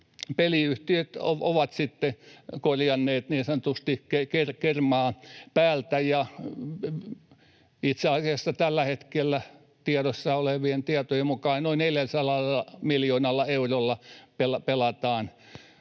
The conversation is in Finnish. peliyhtiöt ovat sitten korjanneet niin sanotusti kermaa päältä, ja itse asiassa tällä hetkellä tiedossa olevien tietojen mukaan noin 400 miljoonalla eurolla pelataan